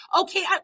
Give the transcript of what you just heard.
okay